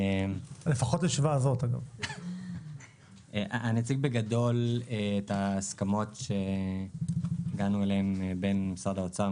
אני אציג בגדול את ההסכמות שהגענו אליהם בין משרד האוצר,